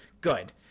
good